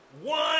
one